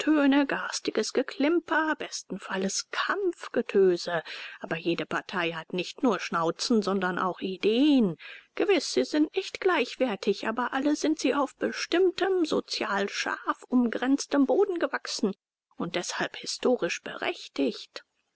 garstiges geklimper besten falles kampfgetöse aber jede partei hat nicht nur schnauzen sondern auch ideen gewiß sie sind nicht gleichwertig aber alle sind sie auf bestimmtem sozial scharf umgrenztem boden gewachsen und deshalb historisch berechtigt